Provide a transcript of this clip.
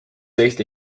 eesti